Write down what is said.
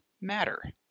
matter